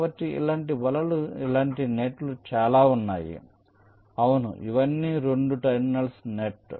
కాబట్టి అలాంటి వలలు చాలా ఉన్నాయి అవును ఇవన్నీ 2 టెర్మినల్ నెట్